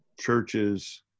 churches